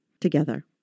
together